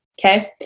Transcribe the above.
okay